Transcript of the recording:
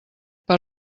per